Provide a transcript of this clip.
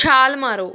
ਛਾਲ ਮਾਰੋ